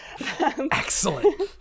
Excellent